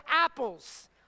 apples